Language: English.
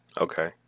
Okay